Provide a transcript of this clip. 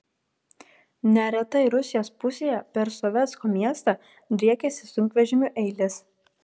neretai rusijos pusėje per sovetsko miestą driekiasi sunkvežimių eilės